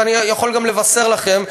ואני יכול גם לבשר לכם: